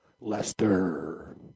lester